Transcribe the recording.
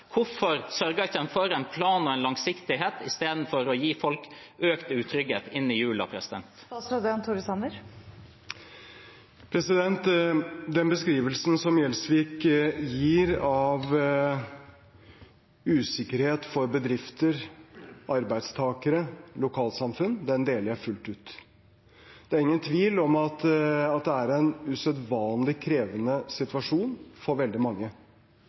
Hvorfor sørger en ikke for en plan og langsiktighet i stedet for å gi folk økt utrygghet inn i julen? Den beskrivelsen som representanten Gjelsvik gir av usikkerhet for bedrifter, arbeidstakere og lokalsamfunn, deler jeg fullt ut. Det er ingen tvil om at det er en usedvanlig krevende situasjon for veldig mange.